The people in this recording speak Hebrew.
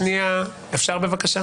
אני אומר עוד פעם: